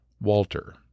Walter